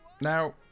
now